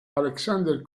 alexander